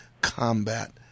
combat